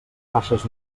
faixes